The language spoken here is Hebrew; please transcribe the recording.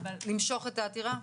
למשוך את העתירה?